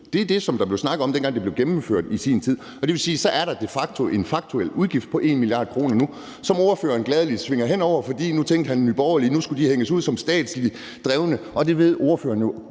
Det er det, der blev snakket om, dengang det blev gennemført i sin tid. Og det vil sige, at der så de facto nu er en udgift på 1 mia. kr., som ordføreren gladelig svinger hen over, fordi han tænkte, at Nye Borgerlige nu skulle hænges ud som statsligt drevne. Og det ved ordføreren jo